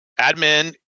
admin